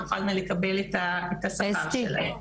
תוכלנה לקבל את השכר שלהן.